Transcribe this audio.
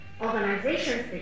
organizations